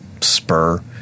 spur